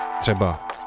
třeba